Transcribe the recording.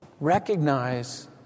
Recognize